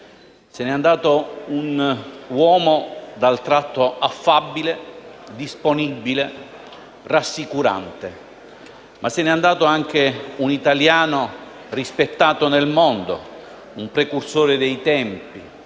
se ne è andato un uomo dal tratto affabile, disponibile, rassicurante; ma se ne è andato anche un italiano rispettato nel mondo, un precursore dei tempi,